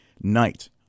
night